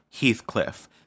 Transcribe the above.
Heathcliff